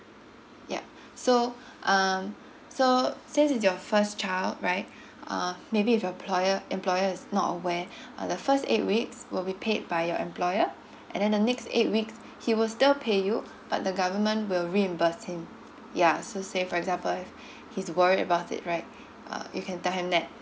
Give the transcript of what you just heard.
yup so um so since it's your first child right uh maybe if your ployer employer is not aware uh the first eight weeks will be paid by your employer and then the next eight weeks he will still pay you but the government will reimburse him ya so say for example he's worried about it right uh you can tell him that